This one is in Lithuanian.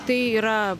tai yra